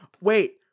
wait